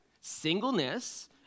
Singleness